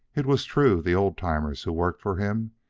it was true, the old-timers who worked for him,